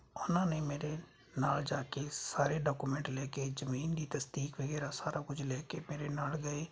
ਉਹਨਾਂ ਨੇ ਮੇਰੇ ਨਾਲ ਜਾ ਕੇ ਸਾਰੇ ਡਾਕੂਮੈਂਟ ਲੈ ਕੇ ਜ਼ਮੀਨ ਦੀ ਤਸਦੀਕ ਵਗੈਰਾ ਸਾਰਾ ਕੁਝ ਲੈ ਕੇ ਮੇਰੇ ਨਾਲ ਗਏ